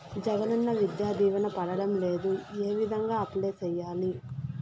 జగనన్న విద్యా దీవెన పడడం లేదు ఏ విధంగా అప్లై సేయాలి